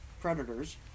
predators